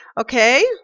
Okay